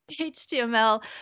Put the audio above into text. HTML